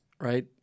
right